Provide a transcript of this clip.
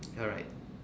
alright